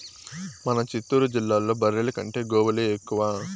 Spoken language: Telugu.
మన చిత్తూరు జిల్లాలో బర్రెల కంటే గోవులే ఎక్కువ